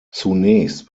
zunächst